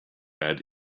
add